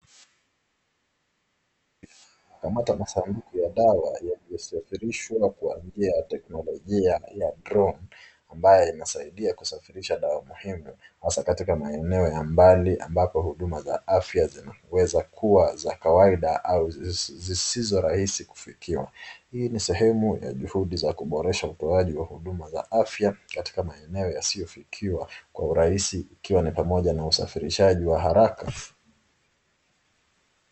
Kama tasanduku ya dawa ya kusafirishwa kwa njia ya teknolojia ya drone ambayo inasaidia kusafirisha dawa muhimu hasa katika maeneo ya mbali ambapo huduma za afya zinaweza kuwa za kawaida au zisizo rahisi kufikiwa. Hii ni sehemu ya juhudi za kuboresha utoaji wa huduma za afya katika maeneo yasiyofikiwa kwa urahisi ikiwa ni pamoja na usafirishaji wa haraka.